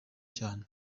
cyane